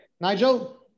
Nigel